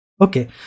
okay